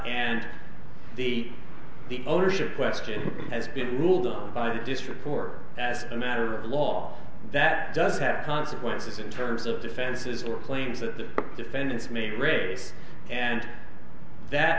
and the the ownership question has been ruled by the district court as a matter of law that does have consequences in terms of defenses or claims that the defendants may raise and that